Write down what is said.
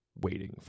waiting